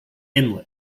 inlet